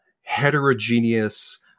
heterogeneous